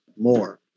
more